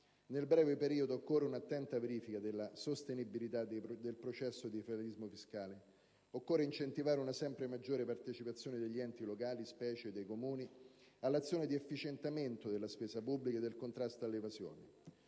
Nel breve periodo occorre una attenta verifica della sostenibilità del processo di federalismo fiscale: occorre incentivare una sempre maggiore partecipazione degli enti locali, specie dei Comuni, all'azione di efficientamento della spesa pubblica e del contrasto all'evasione.